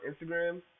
Instagram